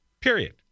Period